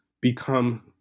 become